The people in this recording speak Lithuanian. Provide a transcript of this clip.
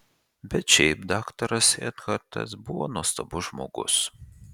bet šiaip daktaras ekhartas buvo nuostabus žmogus